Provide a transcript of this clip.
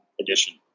edition